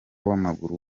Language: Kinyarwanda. w’amaguru